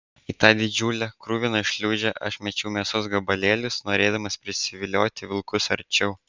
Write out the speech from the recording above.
į tą didžiulę kruviną šliūžę aš mėčiau mėsos gabalėlius norėdamas prisivilioti vilkus arčiau